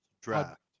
draft